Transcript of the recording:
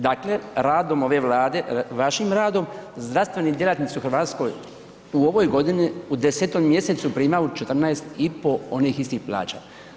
Dakle, radom ove Vlade, vašim radom zdravstveni djelatnici u Hrvatskoj u ovoj godini u 10. mjesecu primaju 14,5 onih istih plaća.